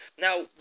Now